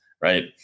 right